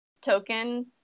token